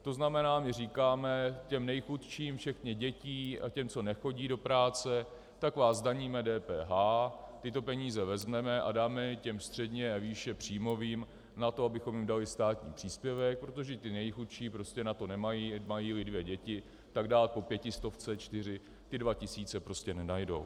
To znamená, my říkáme těm nejchudším včetně dětí a těm, co nechodí do práce, tak vás zdaníme DPH, tyto peníze vezmeme a dáme je těm středně a výšepříjmovým na to, abychom jim dali státní příspěvek, protože ti nejchudší prostě na to nemají, majíli dvě děti, tak dát po pětistovce čtyři, ty dva tisíce prostě nenajdou.